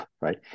right